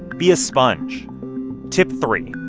be a sponge tip three,